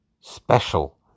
special